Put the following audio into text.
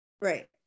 Right